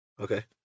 Okay